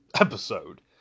episode